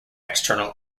external